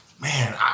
Man